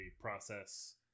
process